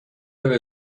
there